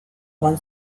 egon